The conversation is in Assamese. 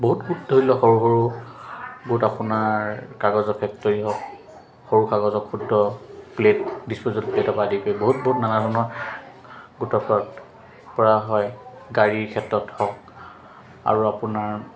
বহুত গোট ধৰি লওক সৰু সৰু গোট আপোনাৰ কাগজৰ ফেক্টৰী হওক সৰু কাগজক ক্ষুদ্ৰ প্লেট ডিছপজেল প্লেটপা আদি কৰি বহুত বহুত নানা ধৰণৰ গোট কৰা হয় গাড়ীৰ ক্ষেত্ৰত হওক আৰু আপোনাৰ